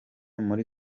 muri